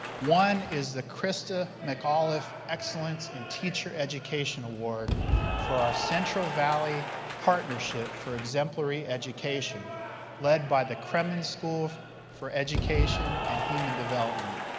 one is the christa mcauliffe excellence in teacher education award for our central valley partnership for exemplary education led by the kremen school for education and human development.